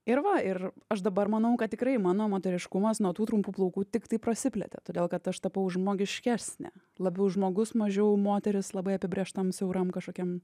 ir va ir aš dabar manau kad tikrai mano moteriškumas nuo tų trumpų plaukų tiktai prasiplėtė todėl kad aš tapau žmogiškesnė labiau žmogus mažiau moteris labai apibrėžtam siauram kažkokiam